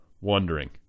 wondering